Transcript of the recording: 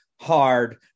hard